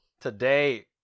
today